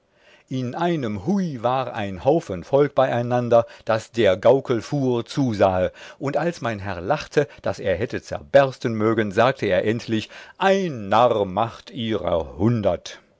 in einem hui war ein haufen volk beieinander das der gaukelfuhr zusahe und als mein herr lachte daß er hätte zerbersten mögen sagte er endlich ein narr macht ihrer hundert